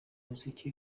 muzika